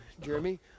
Jeremy